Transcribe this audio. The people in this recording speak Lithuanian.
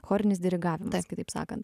chorinis dirigavimas kitaip sakant